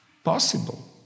possible